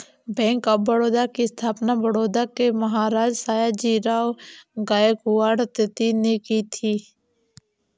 bank of Baroda की स्थापना बड़ौदा के महाराज सयाजीराव गायकवाड तृतीय ने की थी